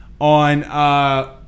on